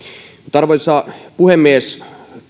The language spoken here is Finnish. arvoisa puhemies